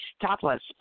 topless